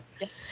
yes